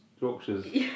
Yorkshire's